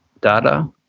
data